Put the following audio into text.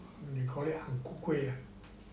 you call it ang ku kueh ah